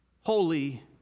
holy